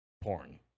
porn